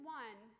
one